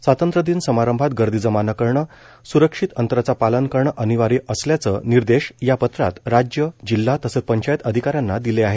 स्वातंत्र्य दिन समारंभात गर्दी जमा न करणं स्रक्षित अंतराचं पालन करणं अनिवार्य असल्याचं निर्देश या पत्रात राज्य जिल्हा तसंच पंचायत अधिकाऱ्यांना दिले आहेत